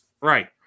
right